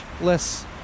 less